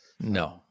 No